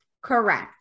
Correct